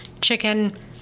chicken